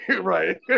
right